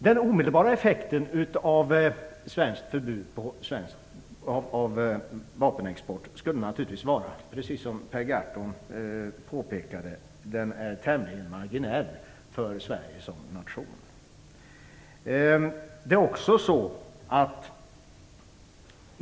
Den omedelbara effekten av svenskt förbud av vapenexport skulle naturligtvis, precis som Per Gahrton påpekade, vara tämligen marginell för Sverige som nation.